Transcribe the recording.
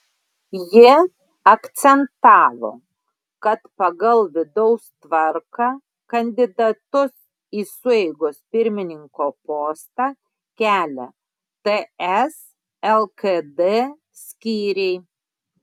ji akcentavo kad pagal vidaus tvarką kandidatus į sueigos pirmininko postą kelia ts lkd skyriai